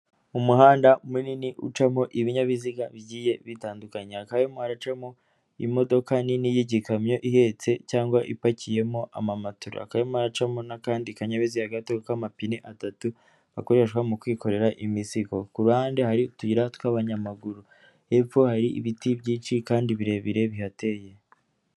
Umuhanda munini ucamo ibinyabiziga bigiye bitandukanye hakaba harimo haracamo imodoka nini y'igikamyo ihetse cyangwa ipakiyemo amamatora, hakaba harimo haracamo n'akandi kanyamibiziga gato k'amapine atatu gakoreshwa mu kwikorera imizigo ku ruhande hari utuyira tw'abanyamaguru hepfo hari ibiti byinshi kandi birebire bihateye.